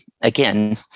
again